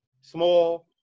Small